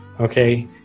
Okay